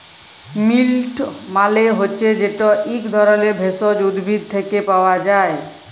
মিল্ট মালে হছে যেট ইক ধরলের ভেষজ উদ্ভিদ থ্যাকে পাওয়া যায়